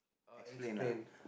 uh explain